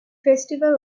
festival